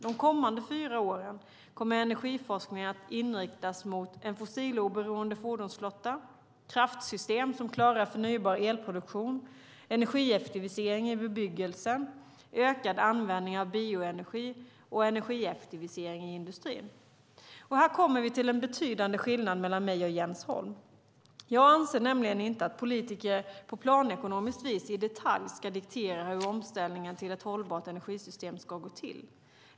De kommande fyra åren kommer energiforskningen att inriktas mot fossiloberoende fordonsflotta, kraftsystem som klarar förnybar elproduktion, energieffektivisering i bebyggelsen, ökad användning av bioenergi och energieffektivisering i industrin. Och här kommer vi till en betydande skillnad mellan mig och Jens Holm. Jag anser nämligen inte att politiker på planekonomiskt vis i detalj ska diktera hur omställningen till ett hållbart energisystem ska gå till.